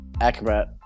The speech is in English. Acrobat